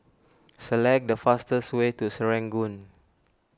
select the fastest way to Serangoon